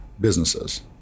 businesses